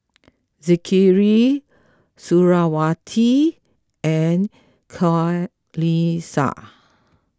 Zikri Suriawati and Qalisha